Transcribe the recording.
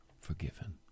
forgiven